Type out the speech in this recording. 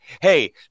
hey